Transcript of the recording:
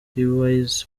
wise